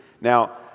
Now